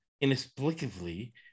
Inexplicably